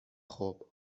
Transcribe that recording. خوب